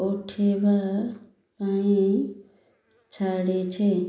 ଉଠିବା ପାଇଁ ଛାଡ଼ିଛି